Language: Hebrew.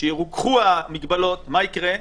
כשירוככו המגבלות, מה יקרה?